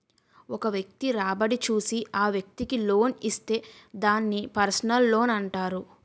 ఒక వ్యక్తి రాబడి చూసి ఆ వ్యక్తికి లోన్ ఇస్తే దాన్ని పర్సనల్ లోనంటారు